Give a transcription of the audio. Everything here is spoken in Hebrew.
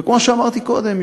וכמו שאמרתי קודם,